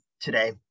today